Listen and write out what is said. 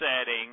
setting